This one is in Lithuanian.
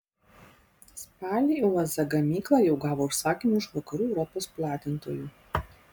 spalį uaz gamykla jau gavo užsakymų iš vakarų europos platintojų